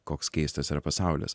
koks keistas yra pasaulis